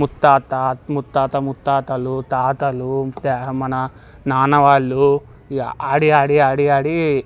ముత్తాత ముత్తాత ముత్తాతలు తాతలు మన నాన్న వాళ్లు ఇక ఆడి ఆడి ఆడి ఆడి